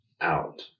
out